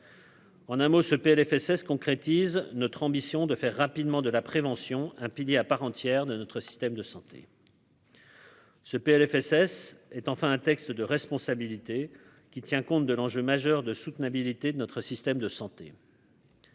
En un mot ce PLFSS concrétise notre ambition de faire rapidement de la prévention un pilier à part entière de notre système de santé. Ce PLFSS est enfin un texte de responsabilité qui tient compte de l'enjeu majeur de soutenabilité de notre système de santé.